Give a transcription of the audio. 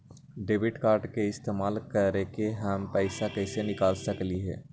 Debit card के इस्तेमाल करके हम पैईसा कईसे निकाल सकलि ह?